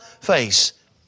face